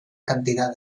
cantidad